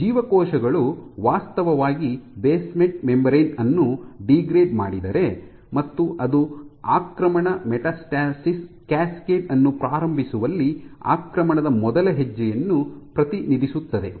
ಜೀವಕೋಶಗಳು ವಾಸ್ತವವಾಗಿ basement membrane ಅನ್ನು ಡಿಗ್ರೇಡ್ ಮಾಡಿದರೆ ಮತ್ತು ಅದು ಆಕ್ರಮಣ ಮೆಟಾಸ್ಟಾಸಿಸ್ ಕ್ಯಾಸ್ಕೇಡ್ ಅನ್ನು ಪ್ರಾರಂಭಿಸುವಲ್ಲಿ ಆಕ್ರಮಣದ ಮೊದಲ ಹೆಜ್ಜೆಯನ್ನು ಪ್ರತಿನಿಧಿಸುತ್ತದೆ